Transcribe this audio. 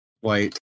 white